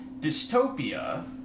Dystopia